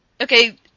okay